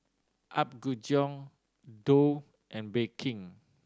Apgujeong Doux and Bake King